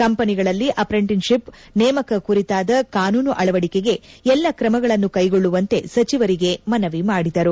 ಕಂಪನಿಗಳಲ್ಲಿ ಅಪ್ರೆಂಟಿಶಿಪ್ ನೇಮಕ ಕುರಿತಾದ ಕಾನೂನು ಅಳವಡಿಕೆಗೆ ಎಲ್ಲ ಕ್ರಮಗಳನು ಕೈಗೊಳ್ಳುವಂತೆ ಸಚಿವರಿಗೆ ಮನವಿ ಮಾಡಿದರು